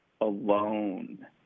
alone